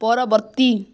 ପରବର୍ତ୍ତୀ